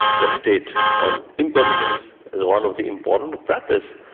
meditates on impermanence, is one of the important practices.